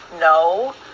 No